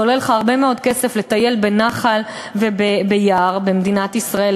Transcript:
זה עולה לך הרבה מאוד כסף לטייל בנחל וביער במדינת ישראל,